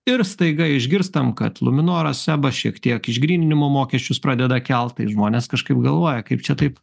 ir staiga išgirstam kad luminoras sebas šiek tiek išgryninimo mokesčius pradeda kelt tai žmonės kažkaip galvoja kaip čia taip